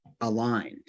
aligned